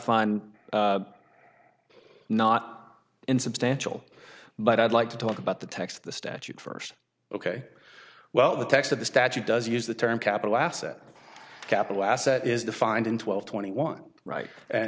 find not insubstantial but i'd like to talk about the text of the statute first ok well the text of the statute does use the term capital asset capital asset is defined in twelve twenty one right